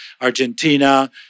Argentina